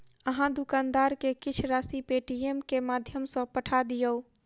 अहाँ दुकानदार के किछ राशि पेटीएमम के माध्यम सॅ पठा दियौ